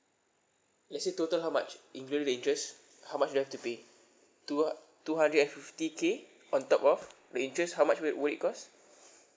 let's say total how much including the interest how much do I have to pay two hun~ two hundred and fifty K on top of the interest how much would it would it cost